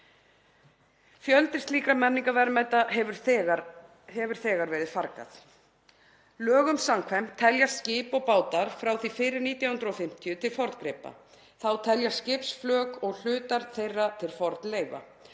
undir skemmdum en fjölda þeirra hefur þegar verið fargað. Lögum samkvæmt teljast skip og bátar frá því fyrir 1950 til forngripa. Þá teljast skipsflök og hlutar þeirra til fornleifa.